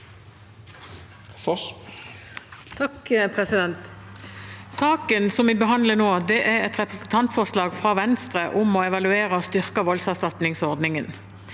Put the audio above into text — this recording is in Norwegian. Sa- ken vi behandler nå, er et representantforslag fra Venstre om å evaluere og styrke voldserstatningsordningen.